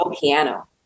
piano